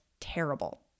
terrible